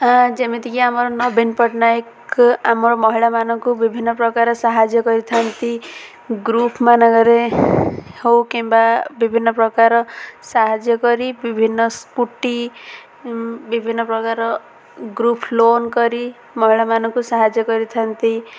ଯେମିତିକି ଆମର ନବୀନ ପଟ୍ଟନାୟକ ଆମର ମହିଳାମାନଙ୍କୁ ବିଭିନ୍ନ ପ୍ରକାର ସାହାଯ୍ୟ କରିଥାନ୍ତି ଗ୍ରୁପ୍ମାନଙ୍କରେ ହେଉ କିମ୍ବା ବିଭିନ୍ନ ପ୍ରକାର ସାହାଯ୍ୟ କରି ବିଭିନ୍ନ ସ୍କୁଟି ବିଭିନ୍ନ ପ୍ରକାର ଗ୍ରୁପ୍ ଲୋନ୍ କରି ମହିଳାମାନଙ୍କୁ ସାହାଯ୍ୟ କରିଥାନ୍ତି